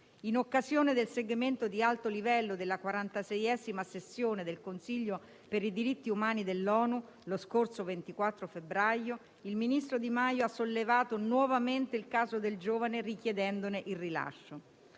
In occasione del segmento di alto livello della 46a sessione del Consiglio per i diritti umani dell'ONU, lo scorso 24 febbraio, il ministro Di Maio ha sollevato nuovamente il caso del giovane richiedendone il rilascio.